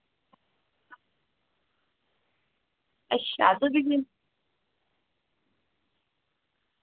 अच्छा